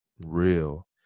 real